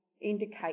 indicate